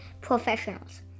Professionals